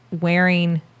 wearing